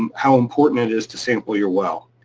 um how important it is to sample your well.